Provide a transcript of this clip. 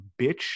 bitch